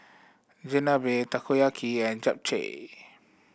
Chigenabe Takoyaki and Japchae